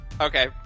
okay